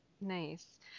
Nice